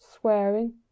swearing